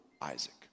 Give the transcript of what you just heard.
Isaac